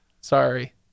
sorry